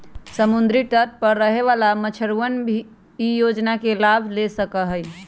समुद्री तट पर रहे वाला मछुअरवन ई योजना के लाभ ले सका हई